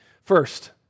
First